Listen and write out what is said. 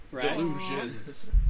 Delusions